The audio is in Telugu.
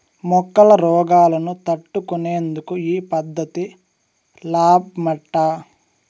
మొక్కల రోగాలను తట్టుకునేందుకు ఈ పద్ధతి లాబ్మట